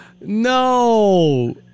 no